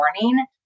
morning